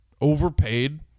overpaid